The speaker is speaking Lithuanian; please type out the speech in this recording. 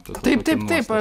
taip taip taip